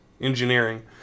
engineering